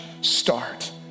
start